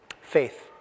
Faith